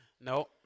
No